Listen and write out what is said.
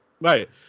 Right